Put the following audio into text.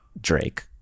drake